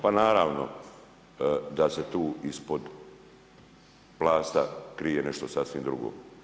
Pa naravno da se tu ispod plasta krije nešto sasvim drugo.